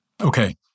okay